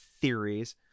theories